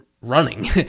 running